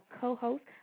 co-host